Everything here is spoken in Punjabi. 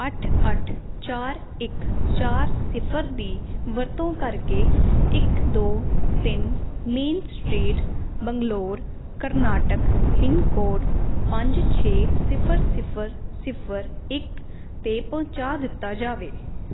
ਅੱਠ ਅੱਠ ਚਾਰ ਇੱਕ ਚਾਰ ਸਿਫਰ ਦੀ ਵਰਤੋਂ ਕਰਕੇ ਇੱਕ ਦੋ ਤਿੰਨ main street Bangalore Karnataka pin code ਪੰਜ ਛੇ ਸਿਫਰ ਸਿਫਰ ਸਿਫਰ ਇੱਕ 'ਤੇ ਪਹੁੰਚਾ ਦਿੱਤਾ ਜਾਵੇ